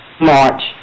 March